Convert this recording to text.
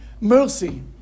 mercy